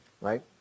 right